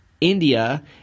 India